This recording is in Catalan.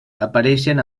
apareixen